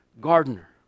gardener